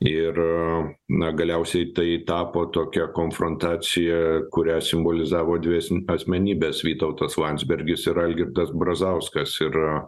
ir na galiausiai tai tapo tokia konfrontacija kurią simbolizavo dvi asmenybės vytautas landsbergis ir algirdas brazauskas ir